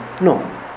no